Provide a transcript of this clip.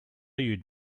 you